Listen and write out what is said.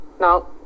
Now